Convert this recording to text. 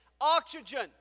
Oxygen